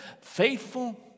faithful